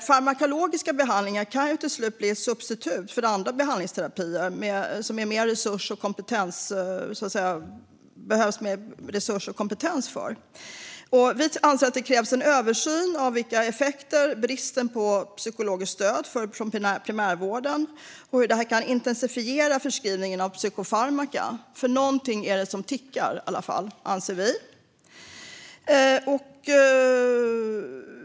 Farmakologiska behandlingar kan ju till slut bli ett substitut för andra behandlingsterapier som är mer resurs och kompetenskrävande. Vi anser att det behövs en översyn av effekterna av bristen på psykologiskt stöd från primärvården och hur det kan intensifiera förskrivningen av psykofarmaka. Någonting är det som tickar, anser vi.